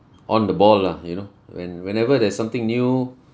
on the ball lah you know when whenever there's something new